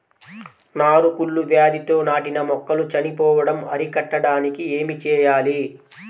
నారు కుళ్ళు వ్యాధితో నాటిన మొక్కలు చనిపోవడం అరికట్టడానికి ఏమి చేయాలి?